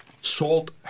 salt